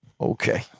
Okay